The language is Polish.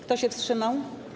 Kto się wstrzymał?